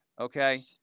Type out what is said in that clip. okay